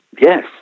yes